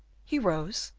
he rose,